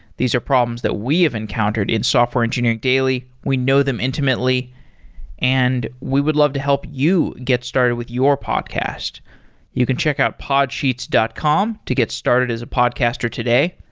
these are problems that we have encountered in software engineering daily. we know them intimately and we would love to help you get started with your podcast you can check out podsheets dot com to get started as a podcaster today.